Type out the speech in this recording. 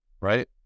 right